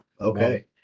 okay